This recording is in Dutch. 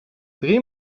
drie